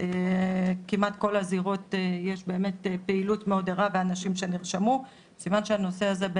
זה אחד הנושאים הכי